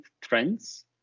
trends